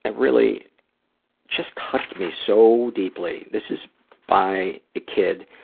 ah really just touched me so deeply. this is by a kid,